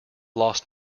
lost